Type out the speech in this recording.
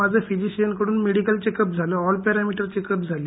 माझं फिजिशियन कडून medical checkup झालं आणि ऑल पॅरामीटर चेकअप झाले